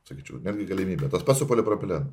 sakyčiau netgi galimybė tas pats su polipropilenu